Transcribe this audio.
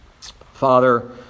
Father